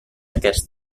aquests